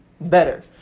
better